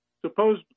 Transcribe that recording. suppose